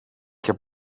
και